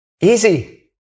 Easy